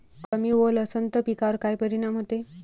कमी ओल असनं त पिकावर काय परिनाम होते?